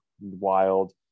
wild